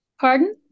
Pardon